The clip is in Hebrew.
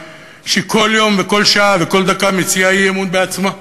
שכל יום וכל שעה וכל דקה מציעה אי-אמון בעצמה?